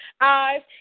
eyes